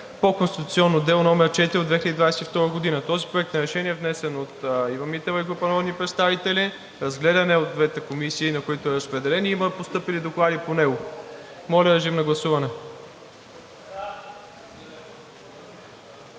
по конституционно дело № 4 от 2022 г. Този проект на решение е внесен от Ива Митева и група народни представители, разгледан е от двете комисии, на които е разпределен, и има постъпили доклади по него. Моля, режим на гласуване.